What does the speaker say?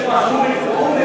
שראש הממשלה יבוא להשיב.